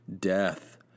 death